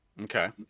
Okay